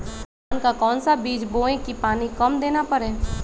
धान का कौन सा बीज बोय की पानी कम देना परे?